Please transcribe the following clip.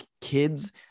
kids